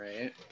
right